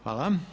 Hvala.